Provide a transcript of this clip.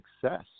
success